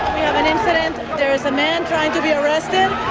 an incident. there is a man trying to be arrested.